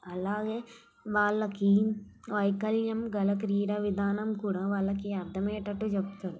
అలాగే వాళ్ళకి వైకల్యం గల క్రీడా విధానం కూడా వాళ్ళకి అర్థం అయ్యేటట్టు చెప్తుంది